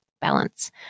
balance